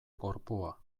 gorpua